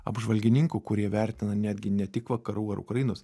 apžvalgininkų kurie vertina netgi ne tik vakarų ar ukrainos